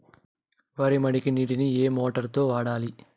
వరి మడికి నీటిని ఏ మోటారు తో వాడాలి?